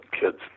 kids